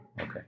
Okay